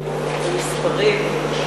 מדוע לנקוב במספרים,